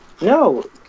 No